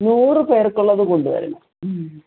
നൂറ് പേർക്കുള്ളത് കൊണ്ടു വരണം